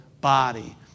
body